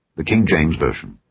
the king james version.